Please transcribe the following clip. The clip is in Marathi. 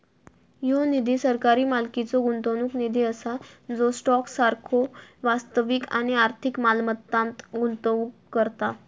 ह्यो निधी सरकारी मालकीचो गुंतवणूक निधी असा जो स्टॉक सारखो वास्तविक आणि आर्थिक मालमत्तांत गुंतवणूक करता